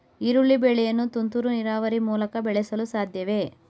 ಈರುಳ್ಳಿ ಬೆಳೆಯನ್ನು ತುಂತುರು ನೀರಾವರಿ ಮೂಲಕ ಬೆಳೆಸಲು ಸಾಧ್ಯವೇ?